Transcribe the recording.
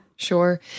Sure